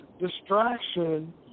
distraction